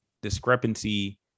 discrepancy